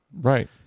Right